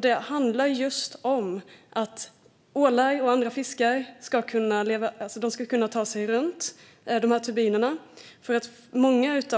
Det handlar just om att ålar och andra fiskar ska kunna ta sig runt turbinerna.